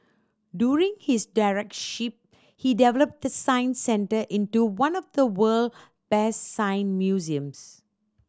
during his he developed the Science Centre into one of the world best science museums